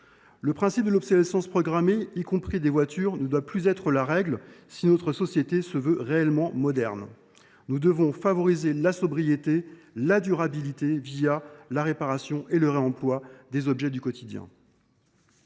autrement. L’obsolescence programmée, y compris des voitures, ne doit plus être la règle si nous voulons que notre société soit réellement moderne. Nous devons favoriser la sobriété et la durabilité la réparation et le réemploi des objets du quotidien.